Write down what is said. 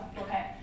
okay